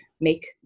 make